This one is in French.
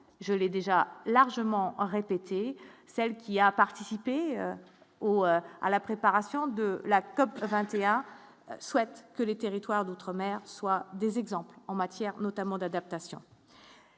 je l'ai déjà largement celle qui a participé au à la préparation de la COP 21, souhaite que les territoires d'outre-mer, soit des exemples en matière notamment d'adaptation.